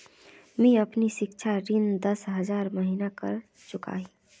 मी अपना सिक्षा ऋण दस हज़ार महिना करे चुकाही